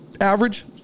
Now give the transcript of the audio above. Average